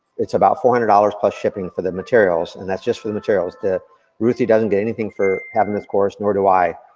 it's about four hundred dollars, plus shipping for the materials. and that's just for the materials. ruthie doesn't get anything for having this course, nor do i.